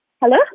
hello